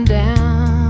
down